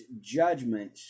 judgment